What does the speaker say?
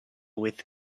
with